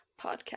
podcast